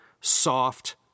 soft